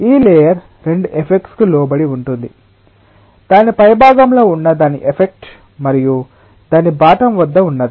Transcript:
ఈ లేయర్ రెండు ఎఫెక్ట్స్ కు లోబడి ఉంటుంది దాని పైభాగంలో ఉన్న దాని ఎఫెక్ట్ మరియు దాని బాటమ్ వద్ద ఉన్నది